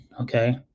okay